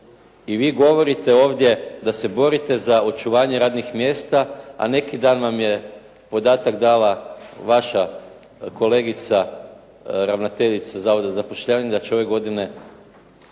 I vi govorite ovdje da se borite za očuvanje radnih mjesta, a neki dan vam je podatak dala vaša kolegica, ravnateljica Zavoda za zapošljavanje, da će ove godine